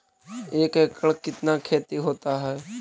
एक एकड़ कितना खेति होता है?